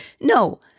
No